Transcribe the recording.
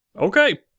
Okay